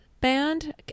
band